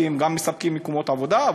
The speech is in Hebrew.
כי הם גם מספקים מקומות עבודה.